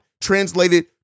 translated